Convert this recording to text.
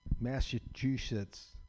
Massachusetts